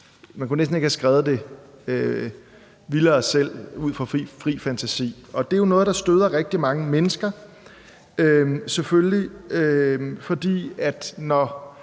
man kunne næsten ikke have skrevet det vildere selv ud fra fri fantasi. Det er jo noget, der støder rigtig mange mennesker, selvfølgelig, for når